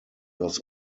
was